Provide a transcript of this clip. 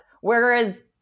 Whereas